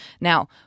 Now